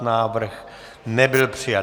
Návrh nebyl přijat.